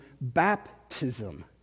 baptism